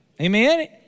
Amen